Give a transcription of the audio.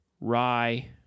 rye